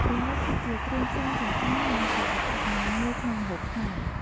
ប្រហុក គឺជាគ្រឿងផ្សំសំខាន់និងជាអត្តសញ្ញាណមួយក្នុងម្ហូបខ្មែរ។